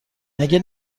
مگه